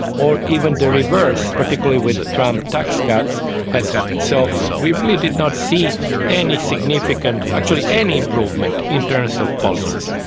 or even the reverse, particularly with with trump's tax cuts has happened. so we really did not see any significant, actually any improvement in terms of policies.